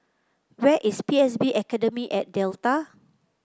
where is P S B Academy at Delta